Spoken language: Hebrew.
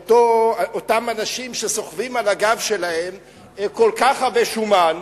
אותם אנשים שסוחבים על הגב שלהם כל כך הרבה שומן,